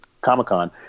Comic-Con